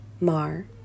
mar